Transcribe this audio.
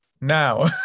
Now